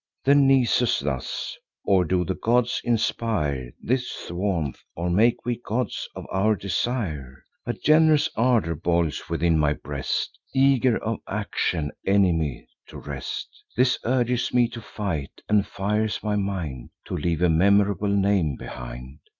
then nisus thus or do the gods inspire this warmth, or make we gods of our desire? a gen'rous ardor boils within my breast, eager of action, enemy to rest this urges me to fight, and fires my mind to leave a memorable name behind.